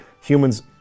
humans